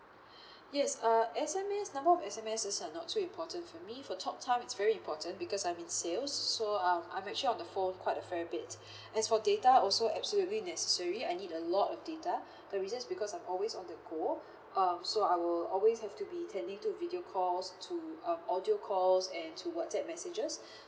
yes uh S_M_S number of S_M_S are not too important for me for talk time it's very important because I'm in sales so um I'm actually on the phone quite a fair bit as for data also absolutely necessary I need a lot of data the reason is because I'm always on the go uh so I will always have to be attending to video calls to uh audio call and to whatsapps messages